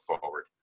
forward